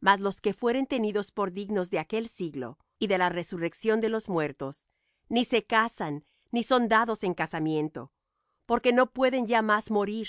mas los que fueren tenidos por dignos de aquel siglo y de la resurrección de los muertos ni se casan ni son dados en casamiento porque no pueden ya más morir